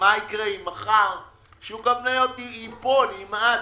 מה יקרה אם מחר שוק המניות ייפול, ימעד?